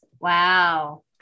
Wow